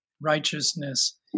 Righteousness